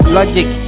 Logic